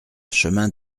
chemin